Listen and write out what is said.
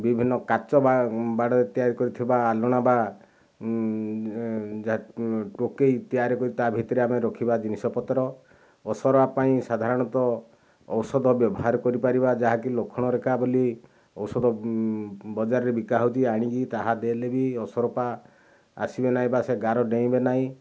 ବିଭିନ୍ନ କାଚ ବା ବାଡ଼ରେ ତିଆରି କରିଥିବା ଆଲଣା ବା ଟୋକେଇ ତିଆରି କରୁ ତା'ଭିତରେ ଆମେ ରଖିବା ଜିନିଷପତ୍ର ଅସରପା ପାଇଁ ସାଧାରଣତଃ ଔଷଧ ବ୍ୟବହାର କରିପାରିବା ଯାହାକି ଲକ୍ଷ୍ମଣରେଖା ବୋଲି ଔଷଧ ବଜାରରେ ବିକା ହେଉଛି ଆଣିକି ତାହା ଦେଲେ ବି ଅସରପା ଆସିବେ ନାହିଁ ବା ସେ ଗାର ଡେଇଁବେ ନାହିଁ